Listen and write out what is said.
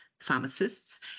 pharmacists